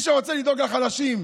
במי שרוצה לדאוג לחלשים,